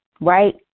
right